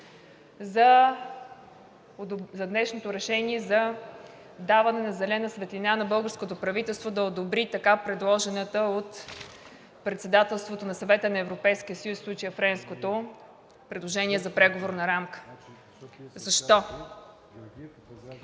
за днешното решение за даване на зелена светлина на българското правителство да одобри така предложената от председателството на Съвета на Европейския съюз, в случая Френското, предложение за преговорна рамка. Защо?